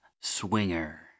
Swinger